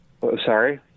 Sorry